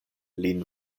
lin